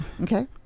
Okay